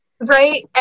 Right